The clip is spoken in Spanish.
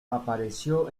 apareció